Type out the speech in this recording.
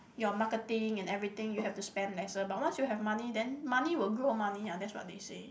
your marketing and everything you have to spend lesser but once you have money then money will grow money ah that's what they say